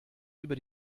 über